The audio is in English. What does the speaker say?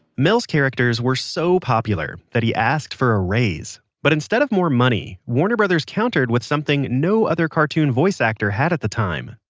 mel's characters were so popular that he asked for a raise. but instead of more money, warner brothers countered with something no other cartoon voice actor had at the time.